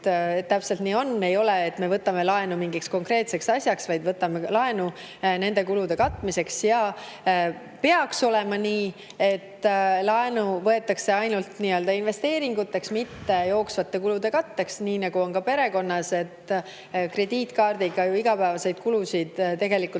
Täpselt nii on. Ei ole nii, et me võtame laenu mingiks konkreetseks asjaks, vaid me võtame laenu kulude katmiseks. Aga peaks olema nii, et laenu võetakse ainult investeeringuteks, mitte jooksvate kulude katteks, nii nagu on ka perekonnas, et krediitkaardiga igapäevaste [ostude] eest tegelikult